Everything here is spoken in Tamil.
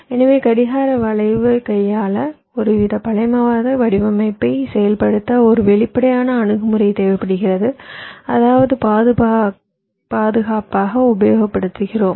எனவே கடிகார வளைவை கையாள ஒருவித பழமைவாத வடிவமைப்பைச் செயல்படுத்த ஒரு வெளிப்படையான அணுகுமுறை தேவைப்படுகிறது அதாவது பாதுகாப்பாக உபயோகப்படுத்துகிறோம்